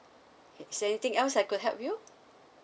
okay is anything else I could help you